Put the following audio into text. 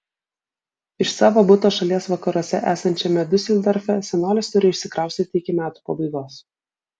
iš savo buto šalies vakaruose esančiame diuseldorfe senolis turi išsikraustyti iki metų pabaigos